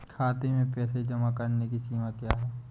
खाते में पैसे जमा करने की सीमा क्या है?